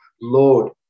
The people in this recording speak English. Lord